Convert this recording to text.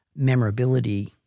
memorability